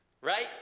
Right